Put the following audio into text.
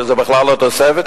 שזו בכלל לא תוספת,